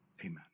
Amen